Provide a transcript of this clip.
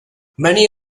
many